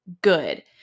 good